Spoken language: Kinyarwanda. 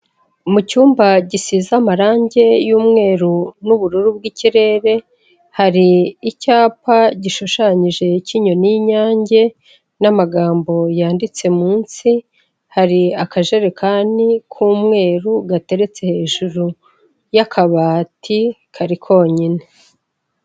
Mu cyumba gisize amarangi y'umweru n'ubururu bw'ikirere, hari icyapa gishushanyije cy'inyoni y'inyange, n'amagambo yanditse munsi, hari akajerekani k'umweru gateretse hejuru y'akabati kari konyine.